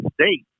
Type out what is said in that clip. state